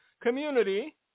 community